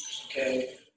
okay